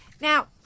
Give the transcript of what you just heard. Now